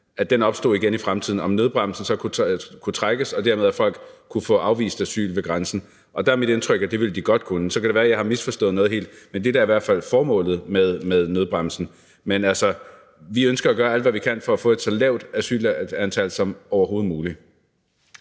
der opstod i 2015, kan nødbremsen trækkes, og folk kan dermed få afvist asyl ved grænsen. Der er det mit indtryk, at det ville man godt kunne. Det kan være, at jeg helt har misforstået noget. Men det er da i hvert fald formålet med nødbremsen. Men vi ønsker at gøre alt, hvad vi kan, for at få et så lavt asyltal som overhovedet muligt.